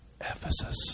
Ephesus